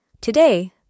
Today